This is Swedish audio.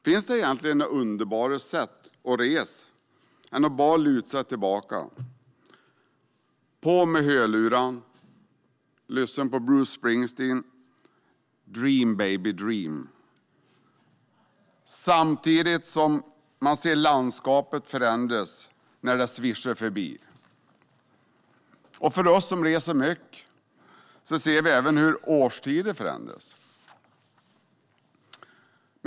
Finns det egentligen något underbarare sätt att resa än att bara luta sig tillbaka, ta på hörlurarna och lyssna på när Bruce Springsteen sjunger Dream baby dream , samtidigt som man ser landskapet förändras när det svischar förbi? Vi som reser mycket ser även hur årstiderna förändras.